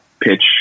pitch